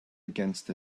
against